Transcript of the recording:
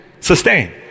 Sustain